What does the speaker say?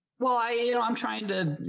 well, i, you know, i'm trying to.